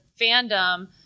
fandom